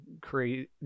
create